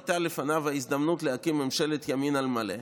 הייתה לפניו הזדמנות להקים ממשלת ימין על מלא.